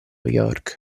york